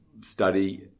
study